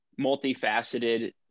multifaceted